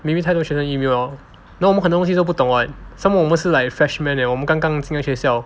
maybe 太多学生 email lor then 我们很多东西都不懂 [what] some more 我们是 like freshmen leh 我们刚刚进来学校